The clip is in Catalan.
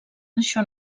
això